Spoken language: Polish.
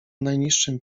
najniższym